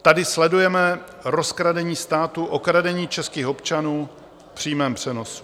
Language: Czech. Tady sledujeme rozkradení státu, okradení českých občanů v přímém přenosu.